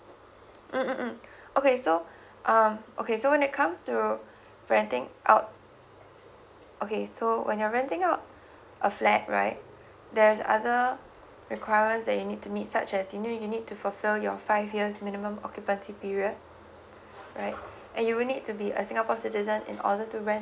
mm mm mm okay so um okay so when it comes to renting out okay so when you're renting out a flat right there's other requirements that you need to meet such as you know you need to fulfill your five years minimum occupancy period right and you will need to be a singapore citizen in order to rent